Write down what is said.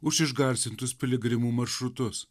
už išgarsintus piligrimų maršrutus